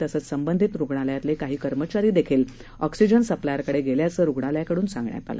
तसंच संबंधींत रुग्णालयातले काही कर्मचारी देखील ऑक्सीजन सप्लायरकडे गेल्याचे रुग्णालयाकडून सांगण्यात आले